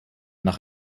nach